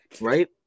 Right